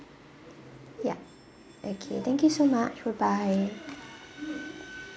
ya okay thank you so much bye bye